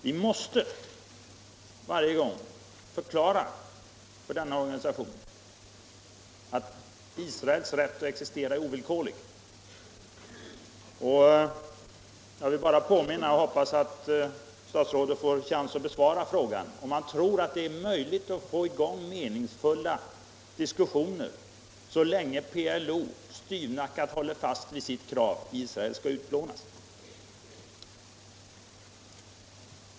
Vi måste varje gång förklara för denna organisation att Israels rätt att existera är ovillkorlig. Jag hoppas att statsrådet får chans att besvara frågan om han tror att det är möjligt att få i gång meningsfulla diskussioner så länge PLO styvnackat håller fast vid sitt krav att Israel skall utplånas.